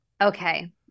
Okay